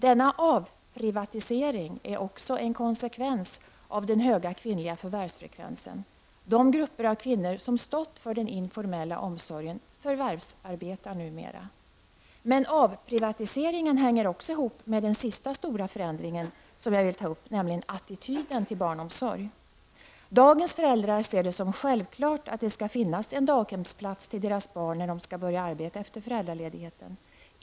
Denna avprivatisering är också en konsekvens av den höga kvinnliga förvärvsfrekvensen. De grupper av kvinnor som stått för den informella omsorgen förvärvsarbetar numera. Men avprivatiseringen hänger också ihop med den sista stora förändringen som jag vill ta upp, nämligen attityden till barnomsorg. Dagens föräldrar ser det som självklart att det skall finnas en daghemsplats till deras barn när de skall börja arbeta efter föräldraledigheten.